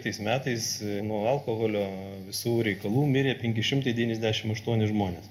tais metais nuo alkoholio visų reikalų mirė penki šimtai devyniasdešimt aštuoni žmonės